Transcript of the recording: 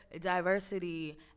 diversity